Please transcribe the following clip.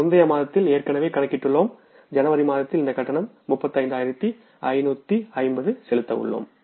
நாம் முந்தய மாதத்தில் ஏற்கனவே கணக்கிட்டுள்ளோம் ஜனவரி மாதத்தில் இந்த கட்டணம் 35550 செலுத்த உள்ளோம்